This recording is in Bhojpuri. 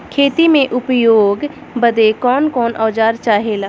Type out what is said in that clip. खेती में उपयोग बदे कौन कौन औजार चाहेला?